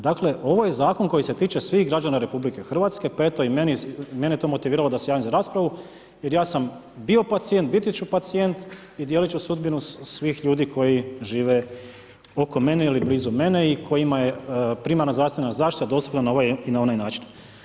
Dakle, ovo je Zakon koji se tiče svih građana RH, pa eto mene je to motiviralo da se javim raspravu jer ja sam bio pacijent, biti ću pacijent i dijeliti ću sudbinu svih ljudi koji žive oko mene ili blizu mene i kojima je primarna zdravstvena zaštita dostupna na ovaj i na onaj način.